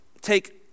take